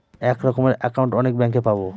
এক রকমের একাউন্ট অনেক ব্যাঙ্কে পাবো